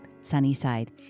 Sunnyside